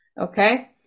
okay